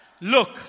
look